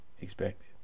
expected